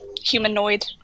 Humanoid